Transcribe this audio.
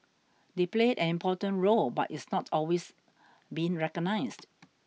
they played an important role but it's not always been recognised